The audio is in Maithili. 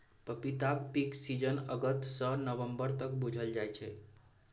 पपीताक पीक सीजन अगस्त सँ नबंबर तक बुझल जाइ छै